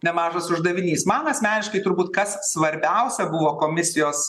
nemažas uždavinys man asmeniškai turbūt kas svarbiausia buvo komisijos